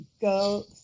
go